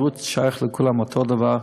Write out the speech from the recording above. בריאות שייכת לכולם אותו דבר.